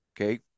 okay